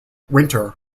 winter